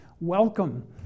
welcome